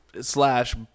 Slash